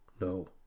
No